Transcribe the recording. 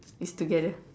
it's together